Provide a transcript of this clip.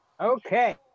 Okay